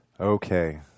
Okay